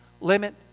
limit